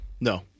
No